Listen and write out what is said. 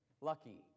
Lucky